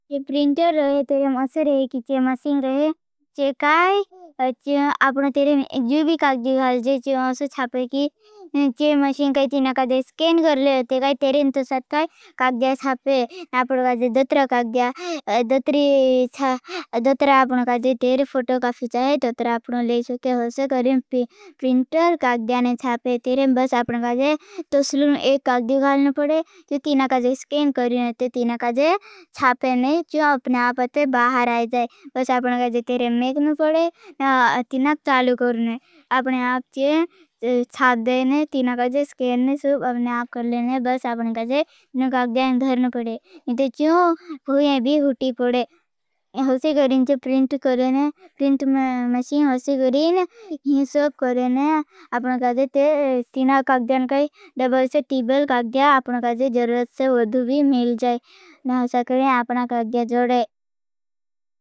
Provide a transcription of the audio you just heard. प्रिंटर रहे, तेरें अशो रहे, कि चे माशिंग रहे। चे काई अपनो तेरें जूबी काक्ड़ी घाल जे, चे। अशो च्छापे, कि चे माशिंग काई तीना। काड़ी स्केंड गरले होते। काई तेरें तो साथ काई काक्ड़िया च्छापे ना। अपनो काड़ी दोतरा काक जूबी काक्ड़ी घालने पड़े, चे। तीना काड़ी स्केंड गरले होते, तीना काड़ी च्छापे ने। चे अपने आप अते बाहर आई जाए। बस अपने काड़ी तेरें मेगने पड़े, तीना। काड़ी चालु करने, अपने आप चे च्छाप देने। तीना काड़ी स्के खिने होते हो। खिन सवफ करणे, अपने आपकर तीना काड़ियान काई डबल्से टीबल काड़िया। आपकर जरद से वदु भी मेल जाए। और असले आपकर काड़्या चोड़े।